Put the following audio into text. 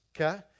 okay